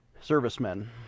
servicemen